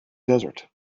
desert